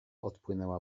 odpłynęła